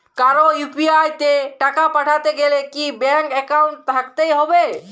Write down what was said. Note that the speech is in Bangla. কারো ইউ.পি.আই তে টাকা পাঠাতে গেলে কি ব্যাংক একাউন্ট থাকতেই হবে?